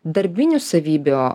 darbinių savybių